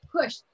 push